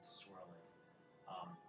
swirling